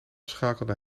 schakelde